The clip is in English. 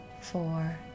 four